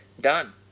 Done